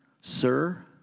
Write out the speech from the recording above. Sir